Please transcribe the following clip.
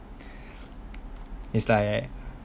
it's like